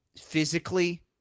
physically